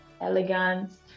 elegance